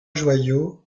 joyaux